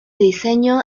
diseño